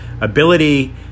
ability